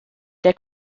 der